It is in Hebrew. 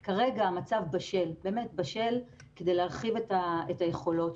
כרגע, המצב בשל, באמת בשל, כדי להרחיב את היכולות.